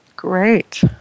Great